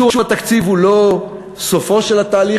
אישור התקציב הוא לא סופו של התהליך,